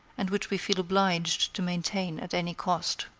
and which we feel obliged to maintain at any cost.